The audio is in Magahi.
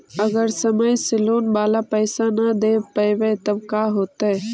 अगर समय से लोन बाला पैसा न दे पईबै तब का होतै?